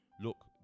look